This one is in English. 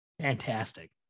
Fantastic